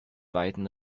weiden